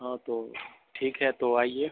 हाँ तो ठीक है तो आइए